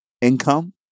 income